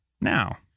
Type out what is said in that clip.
Now